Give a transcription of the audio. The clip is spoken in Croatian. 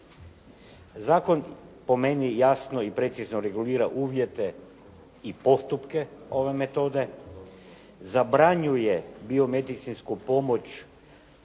Zakon po meni jasno i precizno regulira uvjete i postupke ove metode, zabranjuje biomedicinsku pomoć